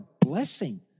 blessing